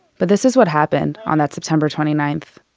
but this is what happened on that september twenty ninth,